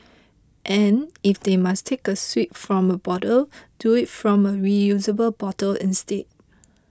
and if they must take a swig from a bottle do it from a reusable bottle instead